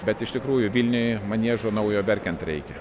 bet iš tikrųjų vilniuj maniežo naujo verkiant reikia